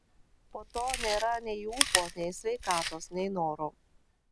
po to nėra nei ūpo nei sveikatos nei noro